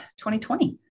2020